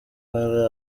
hari